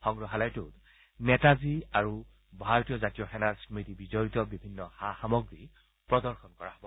সংগ্ৰহালয়টোত নেতাজীৰ আৰু ভাৰতীয় জাতীয় সেনাৰ স্মতি বিজড়িত বিভিন্ন সা সামগ্ৰী প্ৰদৰ্শন কৰা হ'ব